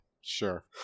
Sure